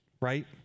right